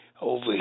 over